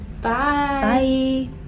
Bye